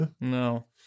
No